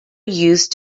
used